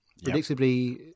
predictably